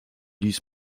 ließ